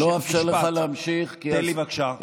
לא אאפשר לך להמשיך, כי, תן לי בבקשה.